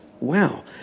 wow